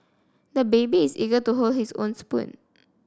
the baby is eager to hold his own spoon